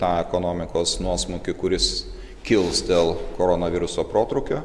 tą ekonomikos nuosmukį kuris kils dėl koronaviruso protrūkio